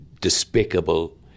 despicable